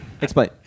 explain